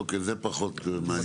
אוקי, זה פחות מעניין אותנו.